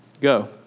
Go